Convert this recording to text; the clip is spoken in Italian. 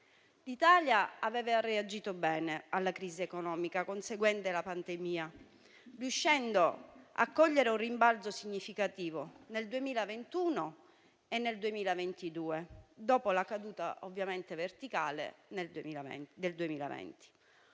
L'Italia aveva reagito bene alla crisi economica conseguente alla pandemia, riuscendo a cogliere un rimbalzo significativo nel 2021 e nel 2022, dopo la caduta verticale del 2020.